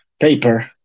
paper